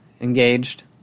engaged